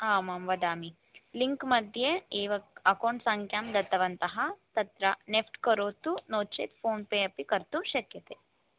आम् आं वदामि लिङ्क् मध्ये एव अकौण्ट् संख्यां दत्तवन्तः तत्र नेक्स्ट् करोतु नोचेत् फोन् पे अपि कर्तुं शक्यते